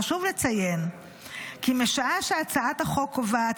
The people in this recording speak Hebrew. חשוב לציין כי משעה שהצעת החוק קובעת